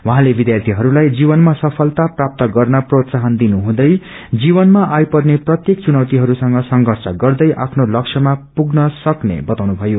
उहौँले विध्यार्यौहरूलाई जीवनमा सफलाता प्राप्त गर्न प्रोत्साहन दिनुहुँदै जीवनमा आई पेर्न प्रत्येक चुनौतिहरू संग संर्षष गर्दै आफ्नो लक्ष्यमा पुग्न सक्ने बताउनुभयो